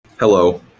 Hello